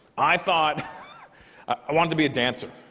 i thought i wanted to be a dancer